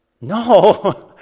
No